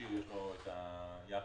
מכשיר לאוכלוסייה.